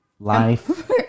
Life